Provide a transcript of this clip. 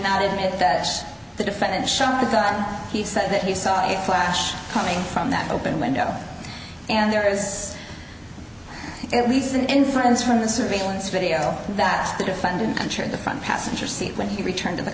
not admit that the defendant shot the gun he said that he saw a flash coming from that open window and there is at least an inference from the surveillance video that the defendant entered the front passenger seat when he returned to the